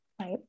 right